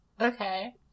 Okay